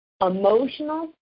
Emotional